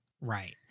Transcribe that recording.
right